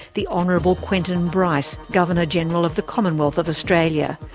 the honourable quentin bryce, governor-general of the commonwealth of australia.